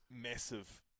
massive